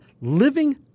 living